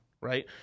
right